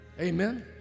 amen